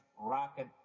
rocket